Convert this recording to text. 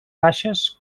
faixes